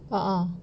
ah ah